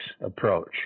approach